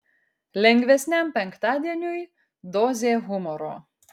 lengvesniam penktadieniui dozė humoro